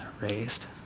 raised